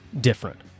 different